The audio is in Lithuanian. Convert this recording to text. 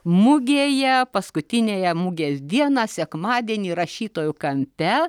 mugėje paskutiniąją mugės dieną sekmadienį rašytojų kampe